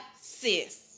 sis